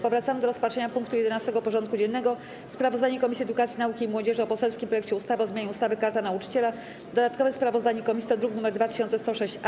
Powracamy do rozpatrzenia punktu 11. porządku dziennego: Sprawozdanie Komisji Edukacji, Nauki i Młodzieży o poselskim projekcie ustawy o zmianie ustawy - Karta Nauczyciela Dodatkowe sprawozdanie komisji to druk nr 2106-A.